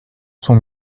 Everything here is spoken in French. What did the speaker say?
son